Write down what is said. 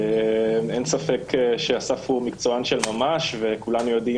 אין ספק שאסף הוא מקצוען של ממש וכולנו יודעים